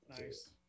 Nice